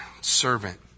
servant